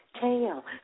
tail